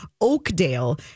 Oakdale